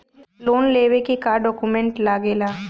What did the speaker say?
Loan लेवे के का डॉक्यूमेंट लागेला?